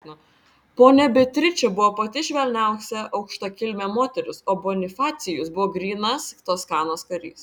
ponia beatričė buvo pati švelniausia aukštakilmė moteris o bonifacijus buvo grynas toskanos karys